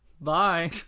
Bye